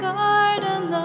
garden